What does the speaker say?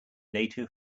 nato